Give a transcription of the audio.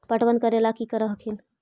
पटबन करे ला की कर हखिन?